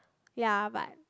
ya but